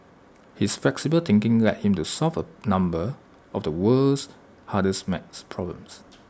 his flexible thinking led him to solve A number of the world's hardest math problems